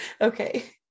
Okay